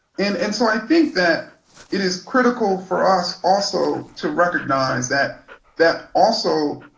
and and so i think that it is critical for us also to recognize that that also